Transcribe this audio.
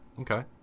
Okay